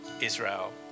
Israel